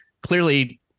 clearly